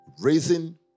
raising